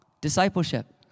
Discipleship